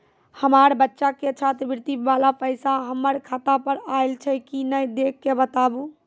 हमार बच्चा के छात्रवृत्ति वाला पैसा हमर खाता पर आयल छै कि नैय देख के बताबू?